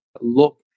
look